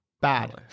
Bad